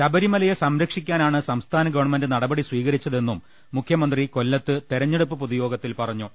ശബരിമലയെ സംരക്ഷിക്കാനാണ് സംസ്ഥാന ഗവൺമെന്റ് നടപടി സ്വീകരിച്ചതെന്നും മുഖ്യമന്ത്രി കൊല്ലത്ത് തെര ഞ്ഞെടുപ്പ് പൊതുയോഗത്തിൽ പറഞ്ഞു